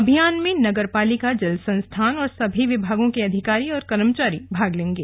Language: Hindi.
अभियान में नगर पालिका जल संस्थान और सभी विभागों के अधिकारी और कर्मचारी भाग लेंगे